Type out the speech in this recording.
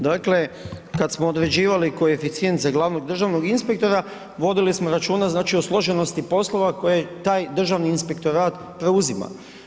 Dakle, kad smo određivali koeficijent za glavnog državnog inspektora vodili smo računa znači o složenosti poslova koje taj Državni inspektorat preuzima.